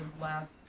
last